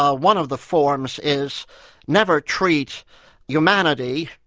ah one of the forms is never treat humanity,